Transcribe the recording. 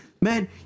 Man